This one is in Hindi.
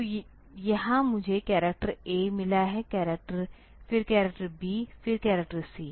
तो यहाँ मुझे करैक्टरa मिला है फिर करैक्टर b फिर करैक्टर c